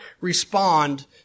respond